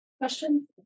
question